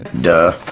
Duh